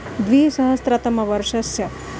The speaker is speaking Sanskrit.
द्विसहस्रतमवर्षस्य